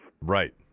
Right